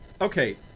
okay